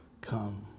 come